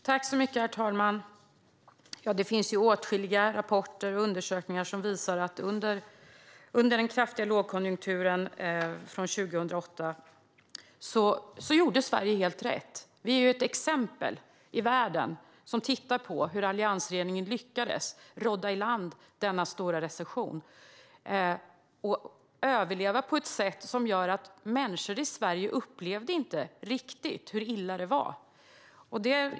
Herr talman! Det finns åtskilliga rapporter och undersökningar som visar att Sverige gjorde helt rätt under den kraftiga lågkonjunkturen från 2008. Vi är ett exempel i världen eftersom alliansregeringen lyckades klara av denna stora recession. Människor i Sverige upplevde inte riktigt hur illa det var.